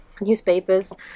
newspapers